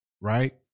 Right